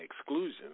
exclusion